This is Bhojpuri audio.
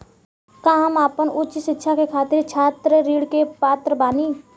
का हम आपन उच्च शिक्षा के खातिर छात्र ऋण के पात्र बानी?